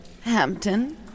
Hampton